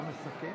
ההצעה